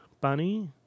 bunny